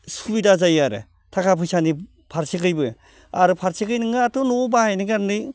सुबिदा जायो आरो थाखा फैसानि फारसेखैबो आरो फारसेखै नोङोथ' न'आव बाहायनो कारने